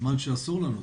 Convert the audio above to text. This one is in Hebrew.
לזמן שאסור לנו.